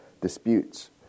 disputes